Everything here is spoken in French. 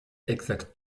exacte